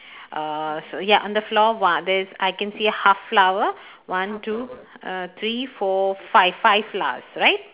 uh so ya on the floor one I can see half flower one two uh three four five five flowers right